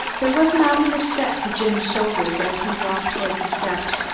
there was an ominous set to jim's shoulders as he walked toward the steps,